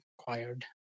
acquired